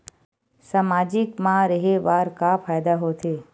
सामाजिक मा रहे बार का फ़ायदा होथे?